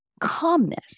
calmness